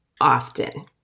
often